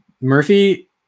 Murphy